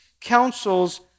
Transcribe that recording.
counsels